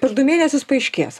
per du mėnesius paaiškės